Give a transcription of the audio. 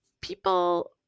people